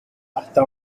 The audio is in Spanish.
hasta